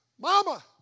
Mama